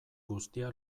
guztia